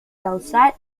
causar